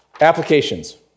applications